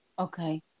Okay